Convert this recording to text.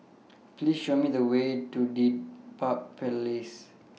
Please Show Me The Way to Dedap Place